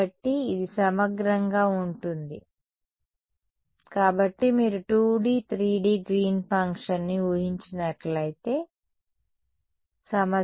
కాబట్టి ఇది సమగ్రంగా ఉంటుంది కాబట్టి మీరు 2D 3D గ్రీన్ ఫంక్షన్ని ఊహించినట్లయితే కానీ సమస్య 2D